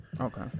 Okay